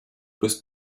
bis